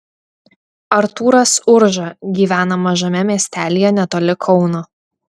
artūras urža gyvena mažame miestelyje netoli kauno